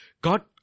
God